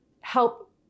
help